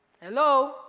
hello